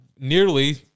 Nearly